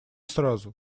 сразу